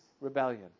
rebellion